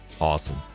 awesome